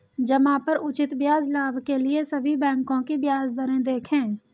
जमा पर उचित ब्याज लाभ के लिए सभी बैंकों की ब्याज दरें देखें